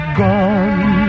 gone